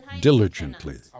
diligently